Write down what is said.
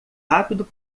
rápido